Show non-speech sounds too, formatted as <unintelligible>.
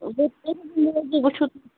<unintelligible> وچھو